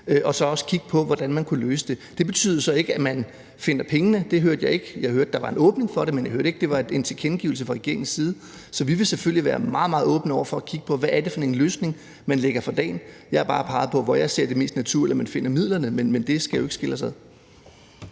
og så også at kigge på, hvordan man kunne løse det. Det betyder jo så ikke, at man finder pengene – det hørte jeg ikke. Jeg hørte, at der var en åbning for det, men jeg hørte ikke, at det var en tilkendegivelse fra regeringens side. Så vi vil selvfølgelig være meget, meget åbne over for at kigge på, hvad det er for en løsning, man lægger for dagen. Jeg har bare peget på, hvor jeg ser det mest naturligt, at man finder midlerne, men det skal jo ikke skille os ad.